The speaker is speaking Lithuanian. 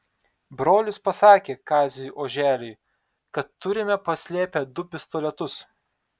brolis pasakė kaziui oželiui kad turime paslėpę du pistoletus